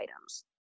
items